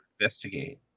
investigate